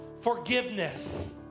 Forgiveness